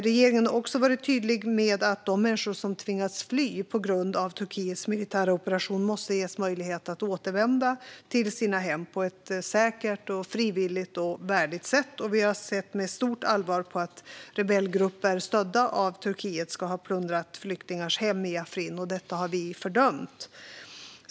Regeringen har också varit tydlig med att de människor som har tvingats fly på grund av Turkiets militära operation måste ges möjlighet att återvända till sina hem på ett säkert, frivilligt och värdigt sätt. Vi har sett med stort allvar på att rebellgrupper stödda av Turkiet ska ha plundrat flyktingars hem i Afrin. Detta har vi fördömt.